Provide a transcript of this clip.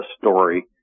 story